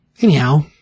Anyhow